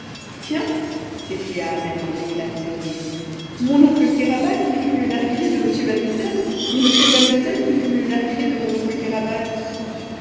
tiens s'écria ahmet en éclatant de rire mon oncle kéraban qui fume le narghilé de monsieur van mitten et monsieur van mitten qui fume le narghilé de mon oncle